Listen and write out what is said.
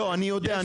אני יודע.